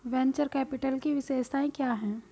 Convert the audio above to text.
Venture capital की विशेषताएं क्या हैं?